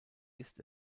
ist